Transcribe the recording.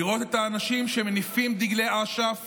לראות את האנשים שמניפים דגלי אש"ף